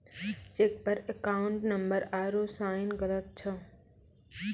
cheque पर account number आरू sign गलत छौ